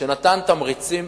שנתן תמריצים